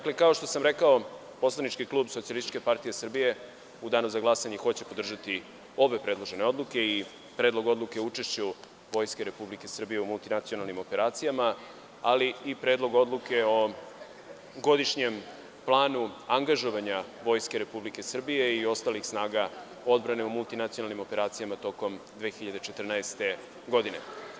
Kao što sam rekao, poslanički klub SPS u Danu za glasanje podržaće obe predložene odluke, i Predlog odluke o učešću Vojske Republike Srbije u multinacionalnim operacijama, ali i Predlog odluke o Godišnjem planu angažovanja Vojske Republike Srbije i ostalih snaga odbrane u multinacionalnim operacijama tokom 2014. godine.